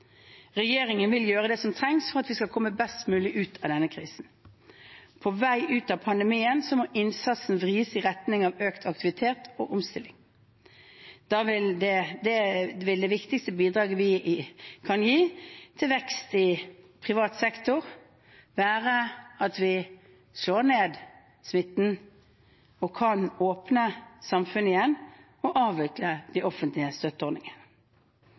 Regjeringen vil gjøre det som trengs for at vi skal komme best mulig ut av denne krisen. På vei ut av pandemien må innsatsen vris i retning av økt aktivitet og omstilling. Da vil det viktigste bidraget vi kan gi til vekst i privat sektor, være at vi slår ned smitten og kan gjenåpne samfunnet og avvikle de offentlige støtteordningene.